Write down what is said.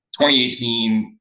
2018